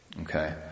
Okay